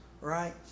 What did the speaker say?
right